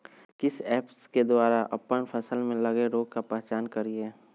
किस ऐप्स के द्वारा अप्पन फसल में लगे रोग का पहचान करिय?